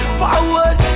forward